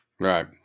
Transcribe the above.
Right